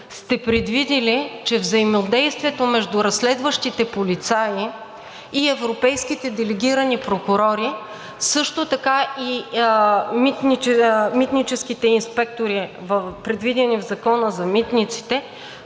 сте предвидили, че взаимодействието между разследващите полицаи и европейските делегирани прокурори, също така и митническите инспектори, предвидени в Закона за митниците,